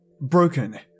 broken